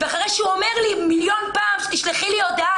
ואחרי שהוא אומר לי מיליון פעמים: תשלחי לי הודעה,